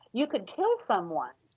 you could kill someone,